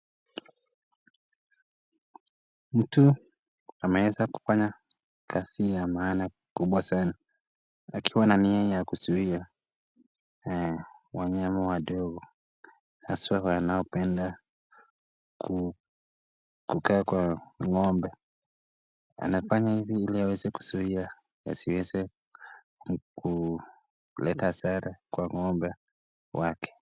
Mtu anaweza kufanya kazi ya maana kubwa sana. Akiwa na nia ya kuzuia wanyama wadogo, hasa wale wanaopenda kukaa kwa ng'ombe. Anafanya hivi ili aweze kuzuia yasiweze kuleta hasara kwa ng'ombe wake.